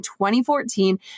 2014